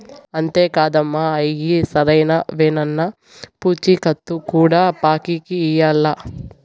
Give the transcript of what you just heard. అంతే కాదమ్మ, అయ్యి సరైనవేనన్న పూచీకత్తు కూడా బాంకీకి ఇయ్యాల్ల